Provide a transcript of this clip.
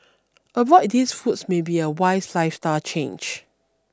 avoid these foods may be a wise lifestyle change